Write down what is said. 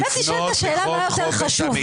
נשאלת השאלה, מה יותר חשוב?